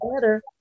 better